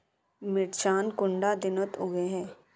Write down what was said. मिर्चान कुंडा दिनोत उगैहे?